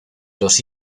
los